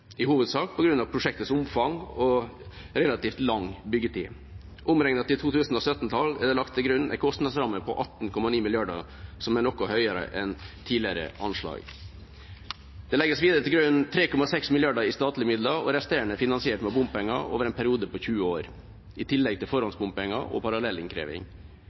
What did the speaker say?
i hovedsak på grunn av prosjektets omfang og relativt lang byggetid. Omregnet til 2017-tall er det lagt til grunn en kostnadsramme på 18,9 mrd. kr, som er noe høyere enn tidligere anslag. Det legges videre til grunn 3,6 mrd. kr i statlige midler og det resterende finansiert av bompenger over en periode på 20 år, i tillegg til forhåndsbompenger og parallellinnkreving.